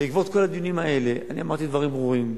בעקבות כל הדיונים האלה אני אמרתי דברים ברורים.